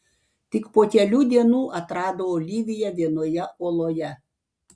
tik po kelių dienų atrado oliviją vienoje oloje